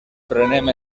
prenem